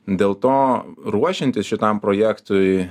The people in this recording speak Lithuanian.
dėl to ruošiantis šitam projektui